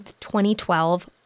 2012